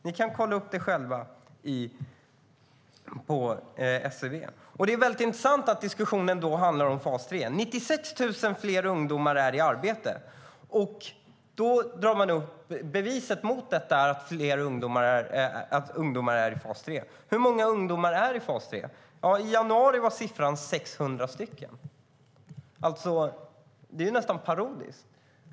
Ni kan själva kolla upp det på SCB. Det är intressant att diskussionen handlar om fas 3. 96 000 fler ungdomar är i arbete. Beviset mot detta är att ungdomar är i fas 3. Hur många ungdomar är då i fas 3? I januari var siffran 600 stycken. Det är nästan parodiskt.